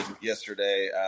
yesterday